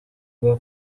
bwo